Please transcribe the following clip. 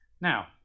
Now